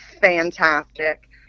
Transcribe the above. fantastic